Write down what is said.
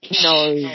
No